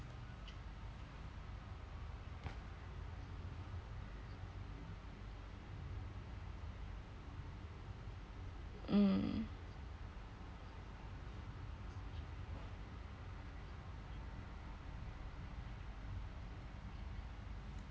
mm